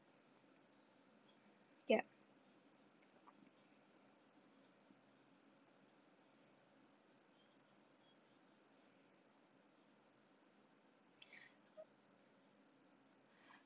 yup